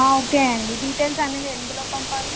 okay అండి details అన్నీ మేము ఎందులో పంపాలి